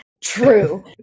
true